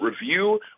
review